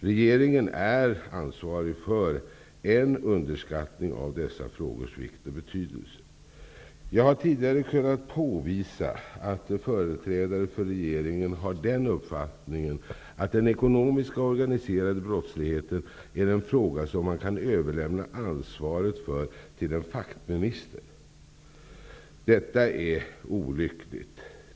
Regeringen är ansvarig för en underskattning av dessa frågors vikt och betydelse. Jag har tidigare kunnat påvisa att företrädare för regeringen har den uppfattningen att den ekonomiska organiserade brottsligheten är en fråga som man kan överlämna ansvaret för till en fackminister. Detta är olyckligt.